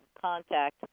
contact